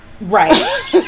Right